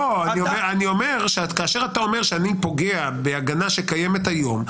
אני אומר שכאשר אתה אומר שאני פוגע בהגנה שקיימת היום,